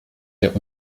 der